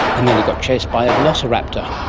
and then he got chased by a velociraptor.